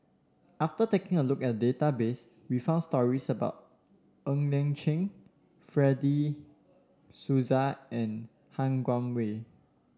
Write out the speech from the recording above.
after taking a look at the database we found stories about Ng Liang Chiang Fred De Souza and Han Guangwei